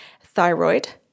thyroid